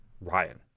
Ryan